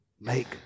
make